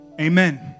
amen